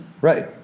Right